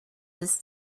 his